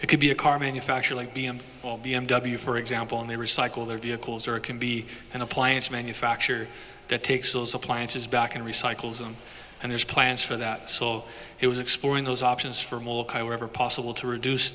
could be a car manufacturer like b m well b m w for example and they recycle their vehicles or it can be an appliance manufacture that takes those appliances back and recycles them and there's plans for that so it was exploring those options for more possible to reduce